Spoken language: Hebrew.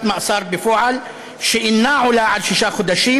מאסר בפועל שאינה עולה על שישה חודשים,